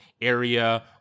area